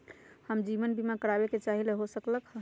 हम जीवन बीमा कारवाबे के चाहईले, हो सकलक ह?